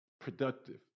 productive